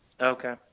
Okay